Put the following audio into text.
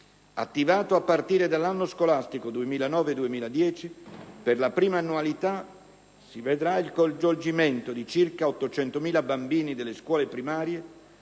Attivato a partire dall'anno scolastico 2009-2010, per la prima annualità vedrà il coinvolgimento di circa 800.000 bambini delle scuole primarie